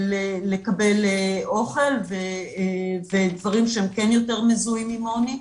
לקבל אוכל ודברים שהם כן יותר מזוהים עם עוני,